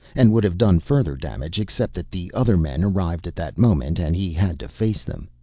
and would have done further damage except that the other men arrived at that moment and he had to face them.